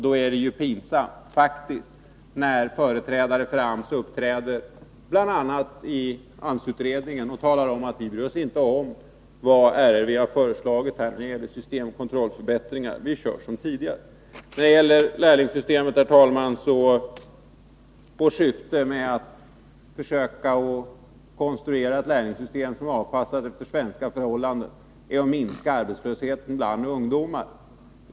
Då är det faktiskt pinsamt att företrädare för AMS bl.a. i AMS-utredningen talar om att de inte bryr sig om vad RRV har föreslagit när det gäller systemoch kontrollförbättringar, utan att de tänker fortsätta som tidigare. Beträffande lärlingssystemet vill jag till sist säga att vårt syfte när vi vill försöka konstruera ett system som är avpassat efter svenska förhållanden är att minska arbetslösheten bland ungdomar.